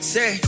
Say